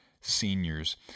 seniors